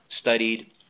studied